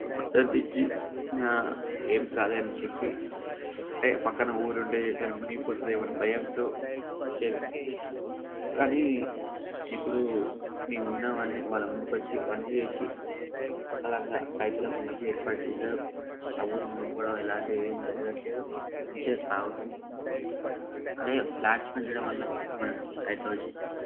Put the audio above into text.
మద్దతు ఇచ్చి ఏం కాదు అని చెప్పి అంటే ప్రక్కన ఊరు ఉంటే మునిగిపోతదేమో అన్న భయంతో చే కానీ ఇప్పుడు మేము ఉన్నామని వాళ్ళ ముందుకి వచ్చి అన్నీ చేసి సకలంగా రైతులకు మంచిగా ఏర్పాటు చేసారు ఆ ఊరి మునిగిపోవడం అలాంటిది ఏం జరగట్లేదు మంచిగా సాగుతుంది అలాగే ప్లాంట్స్ పెంచడం వల్ల మనకు హైడ్రోజన్